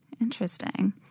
Interesting